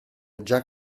già